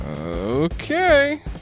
Okay